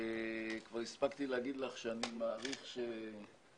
כבר הספקתי להגיד לך שאני מעריך שהוועדה